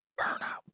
burnout